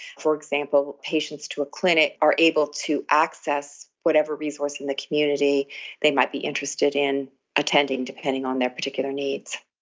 for example, patients to a clinic are able to access whatever resource in the community they might be interested in attending, depending on their particular needs.